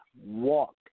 walk